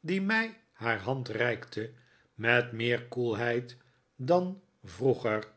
die mij haar hand reikte met meer koelheid dan vroeger